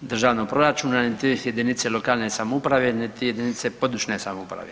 Državnog proračuna niti jedinice lokalne samouprave, niti jedinice područne samouprave.